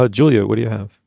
ah julia would you have